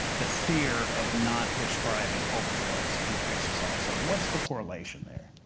the fear of not prescribing opioids increases also. what's the correlation there?